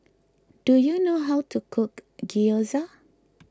do you know how to cook Gyoza